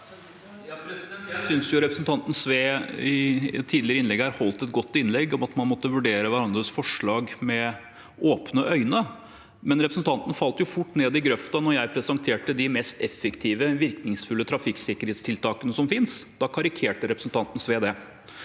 Jeg synes re- presentanten Sve holdt et godt innlegg her tidligere om at man måtte vurdere hverandres forslag med åpne øyne, men representanten falt fort ned i grøfta da jeg presenterte de mest effektive, virkningsfulle trafikksikkerhetstiltakene som finnes. Da karikerte representanten Sve det,